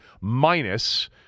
minus